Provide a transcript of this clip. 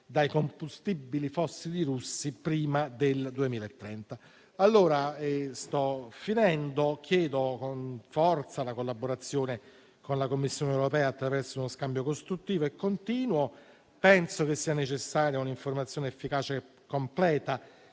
dai combustibili fossili russi prima del 2030. Chiedo con forza la collaborazione con la Commissione europea attraverso uno scambio costruttivo e continuo. Penso sia necessaria un'informazione efficace e completa